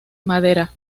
madera